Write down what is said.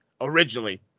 originally